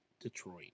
Detroit